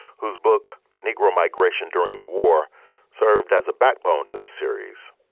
whose book negro migration during the war served as a backbone to the series.